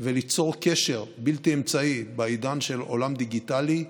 וליצור קשר בלתי אמצעי, בעידן של עולם דיגיטלי,